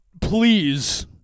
please